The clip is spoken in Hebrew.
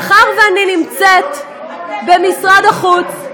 מאחר שאני נמצאת במשרד החוץ,